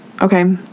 okay